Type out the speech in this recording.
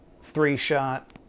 three-shot